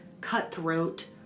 cutthroat